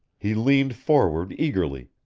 he leaned forward eagerly,